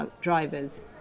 drivers